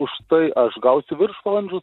už tai aš gausiu viršvalandžių